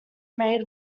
made